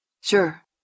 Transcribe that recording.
Sure